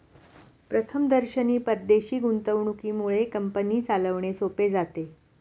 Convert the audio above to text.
प्रथमदर्शनी परदेशी गुंतवणुकीमुळे कंपनी चालवणे सोपे जाते